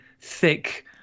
thick